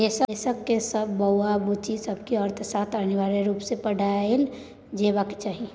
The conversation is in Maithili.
देशक सब बौआ बुच्ची सबकेँ अर्थशास्त्र अनिवार्य रुप सँ पढ़ाएल जेबाक चाही